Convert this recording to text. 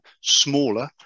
smaller